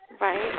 Right